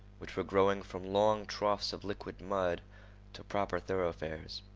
which were growing from long troughs of liquid mud to proper thoroughfares.